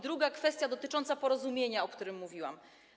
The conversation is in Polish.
Druga kwestia dotyczy porozumienia, o którym mówiłam.